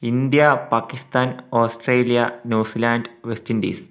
India Pakistan Australia New Zealand West Indies